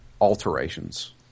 alterations